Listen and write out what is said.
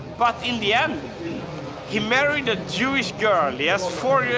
but in the end he married a jewish girl. he has four yeah